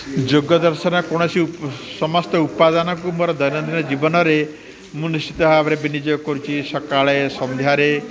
ଯୋଗଦର୍ଶନ କୌଣସି ଉପ ସମସ୍ତ ଉପାଦନକୁ ମୋର ଦୈନନ୍ଦିନ ଜୀବନରେ ମୁଁ ନିଶ୍ଚିତ ଭାବରେ ବିନିଯୋଗ କରୁଛି ସକାଳ ସନ୍ଧ୍ୟାରେ